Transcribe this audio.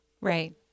Right